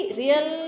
real